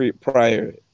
prior